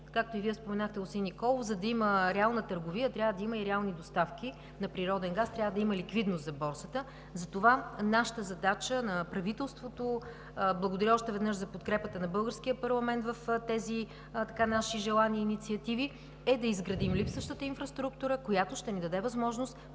както и Вие споменахте, господин Николов, за да има реална търговия, трябва да има и реални доставки на природен газ, трябва да има ликвидност за борсата, затова нашата задача – на правителството, благодаря още веднъж за подкрепата на българския парламент в тези наши желания и инициативи, е да изградим липсващата инфраструктура, която ще ни даде възможност